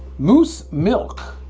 mousse milk